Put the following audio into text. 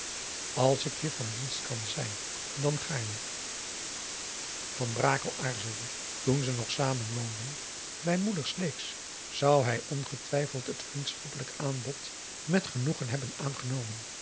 als ik je van dienst kan zijn dan gaarne van brakel aarzelde toen ze nog samen woonden bij moeder sleeks zou hij ongetwijfeld het vriendschappelijk aanbod met genoegen hebben aangenomen